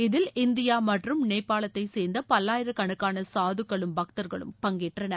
இதில் இந்தியா மற்றும் நேபாளத்தை சேர்ந்த பல்லாயிரக்கணக்கான சாதுக்களும் பக்தர்களும் பங்கேற்றனர்